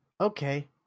okay